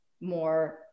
more